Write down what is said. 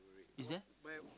is there